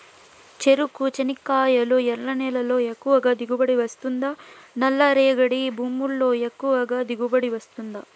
చెరకు, చెనక్కాయలు ఎర్ర నేలల్లో ఎక్కువగా దిగుబడి వస్తుందా నల్ల రేగడి భూముల్లో ఎక్కువగా దిగుబడి వస్తుందా